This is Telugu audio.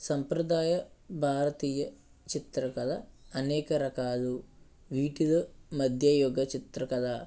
సంప్రదాయ భారతీయ చిత్రకళ అనేక రకాలు వీటిలో మధ్యయుగ చిత్రకళ